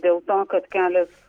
dėl to kad kelias